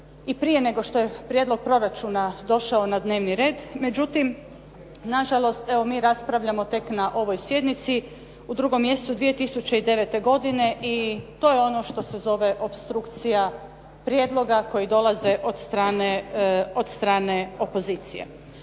i prije nego što je prijedlog proračuna došao na dnevni red, međutim nažalost, evo mi raspravljamo tek na ovoj sjednici u drugom mjesecu 2009. godine i to je ono što se zove opstrukcija prijedloga koji dolaze od strane opozicije.